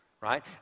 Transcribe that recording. Right